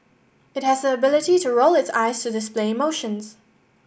it has the ability to roll its eyes to display emotions